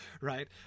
right